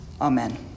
Amen